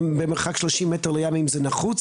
מרחק 30 מטר מהים האם זה נחוץ,